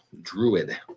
druid